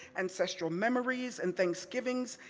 ancestral memories and thanksgivings,